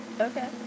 Okay